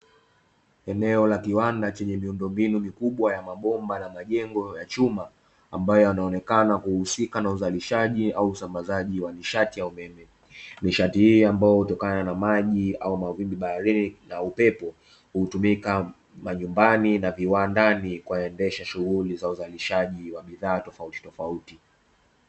Eneo la kiwada chenye miundombinu mikubwa ya mabomba na majengo ya chuma, ambayo yanaonekana kuhusika na uzalishaji au usambazaji wa nishati ya umeme. Nishati hii ambayo hutokana na maji au mawimbi baharani na upepo, hutumika majumbani na viwandani kuendesha shughuli za uzalishaji wa bidhaa tofautitofauti.